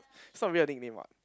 is not really a nickname what